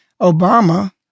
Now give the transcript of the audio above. Obama